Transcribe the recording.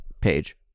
page